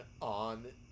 on